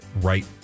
right